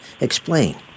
explain